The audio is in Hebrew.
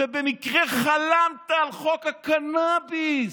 ובמקרה חלמת על חוק הקנביס,